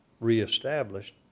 reestablished